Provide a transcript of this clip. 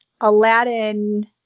Aladdin